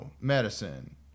medicine